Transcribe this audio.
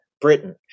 Britain